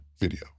video